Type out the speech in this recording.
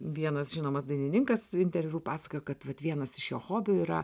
vienas žinomas dainininkas interviu pasakojo kad vat vienas iš jo hobių yra